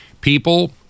People